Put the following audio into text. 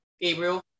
gabriel